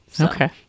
okay